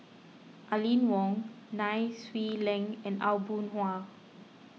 Aline Wong Nai Swee Leng and Aw Boon Haw